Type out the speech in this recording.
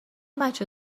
بچه